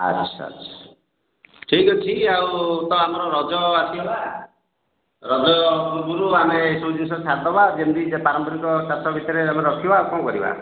ଆଚ୍ଛା ଆଚ୍ଛା ଠିକ୍ ଅଛି ଆଉତ ଆମର ରଜ ଆସିଗଲା ରଜ ପୂର୍ବରୁ ଆମେ ଏସବୁ ଜିନଷ ସାରିଦେବା ଯେମିତି ଯେ ପାରମ୍ପରିକ ଚାଷ ଭିତରେ ଆମେ ରଖିବା ଆଉ କ'ଣ କରିବା